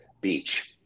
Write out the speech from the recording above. beach